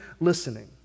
listening